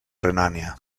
renània